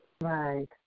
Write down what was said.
Right